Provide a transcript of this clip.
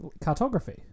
Cartography